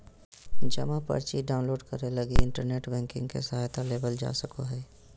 जमा पर्ची डाउनलोड करे लगी इन्टरनेट बैंकिंग के सहायता लेवल जा सको हइ